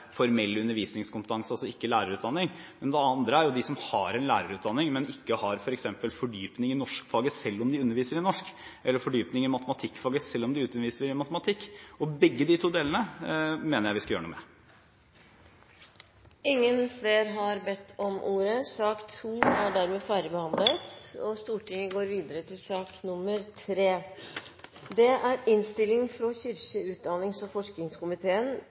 formell undervisningskompetanse, altså ikke lærerutdanning, og det andre gjelder dem som har lærerutdanning, men som ikke har f.eks. fordypning i norskfaget selv om de underviser i norsk, eller fordypning i matematikkfaget selv om de underviser i matematikk. Begge deler mener jeg vi skal gjøre noe med. Replikkordskiftet er omme. Flere har ikke bedt om ordet til sak nr. 2. Etter ønske fra kirke-, utdannings- og forskningskomiteen